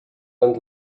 and